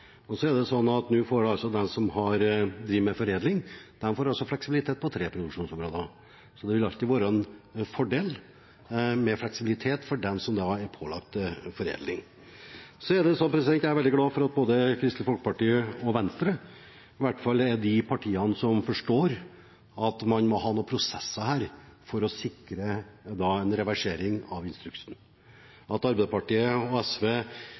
produksjonsområder. Så det vil alltid være en fordel med fleksibilitet for dem som er pålagt foredling. Jeg er veldig glad for at både Kristelig Folkeparti og Venstre, i hvert fall, er blant de partiene som forstår at man må ha noen prosesser her for å sikre en reversering av instruksen. At Arbeiderpartiet og SV